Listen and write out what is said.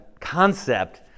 concept